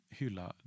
hylla